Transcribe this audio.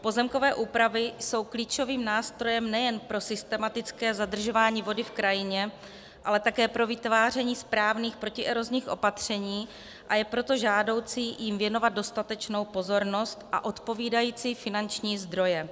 Pozemkové úpravy jsou klíčovým nástrojem nejen pro systematické zadržování vody v krajině, ale také pro vytváření správných protierozních opatření, a je proto žádoucí jim věnovat dostatečnou pozornost a odpovídající finanční zdroje.